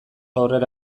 aurrera